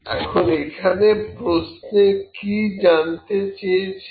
এখন এখানে প্রশ্নে কি জানতে চেয়েছে